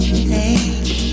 change